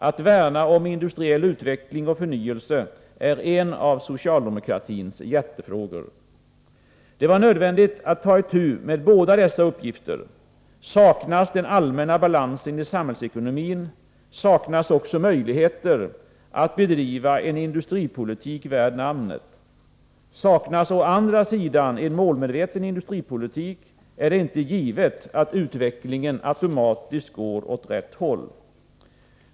Att värna om industriell utveckling och förnyelse är en av socialdemokratins hjärtefrågor. Det var nödvändigt att ta itu med båda dessa uppgifter; saknas den allmänna balansen i samhällsekonomin, saknas också möjligheter att bedriva en industripolitik värd namnet. Saknas å andra sidan en målmedveten industripolitik, är det inte givet att utvecklingen automatiskt går åt rätt håll.